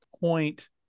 point